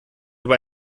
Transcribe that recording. über